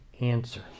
answer